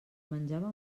menjava